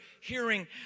hearing